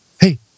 hey